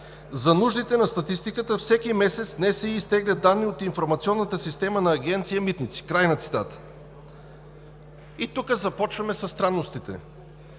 За нуждите на статистиката всеки месец НСИ изтегля данни от информационната система на Агенция „Митници“. Край на цитата. Тук започваме със странностите.